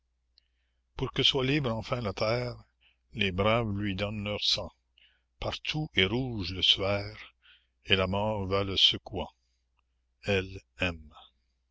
pour que soit libre enfin la terre les braves lui donnent leur sang partout est rouge le suaire et la mort va le secouant